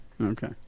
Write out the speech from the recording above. Okay